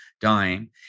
dying